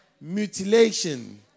mutilation